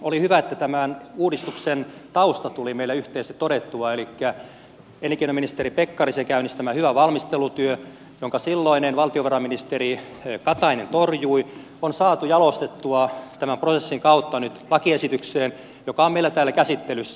oli hyvä että tämän uudistuksen tausta tuli meillä yhteisesti todettua elikkä elinkeinoministeri pekkarisen käynnistämä hyvä valmistelutyö jonka silloinen valtiovarainministeri katainen torjui on saatu jalostettua tämän prosessin kautta nyt lakiesitykseen joka on meillä täällä käsittelyssä